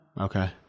okay